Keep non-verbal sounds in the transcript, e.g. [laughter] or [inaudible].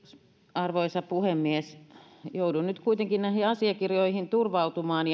arvoisa puhemies joudun nyt kuitenkin näihin asiakirjoihin turvautumaan [unintelligible]